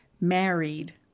married